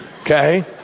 okay